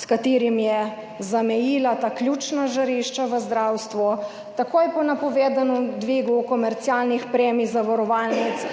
s katerim je zamejila ta ključna žarišča v zdravstvu. Takoj po napovedanem dvigu komercialnih premij zavarovalnic